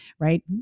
right